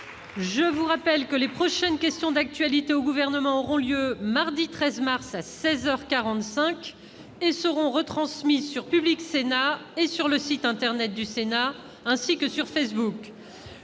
Je vous rappelle que les prochaines questions d'actualité au Gouvernement auront lieu le mardi 13 mars, à seize heures quarante-cinq ; elles seront retransmises sur Public Sénat et sur le site internet du Sénat, ainsi que sur Facebook.